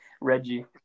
Reggie